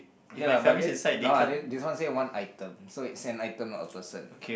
okay lah but then no lah then this one say one item so it's an item not a person